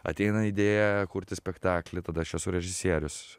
ateina idėja kurti spektaklį tada aš esu režisierius